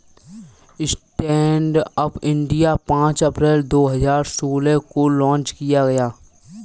stand up India पांच अप्रैल दो हजार सोलह को लॉन्च किया गया